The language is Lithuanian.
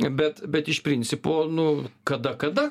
bet bet iš principo nu kada kada